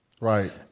Right